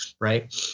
Right